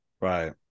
Right